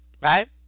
right